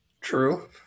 True